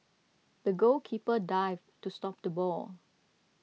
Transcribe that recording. the goalkeeper dived to stop the ball